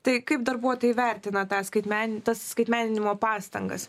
tai kaip darbuotojai vertina tą skaitmenin tas skaitmeninimo pastangas